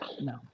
no